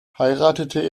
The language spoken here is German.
heiratete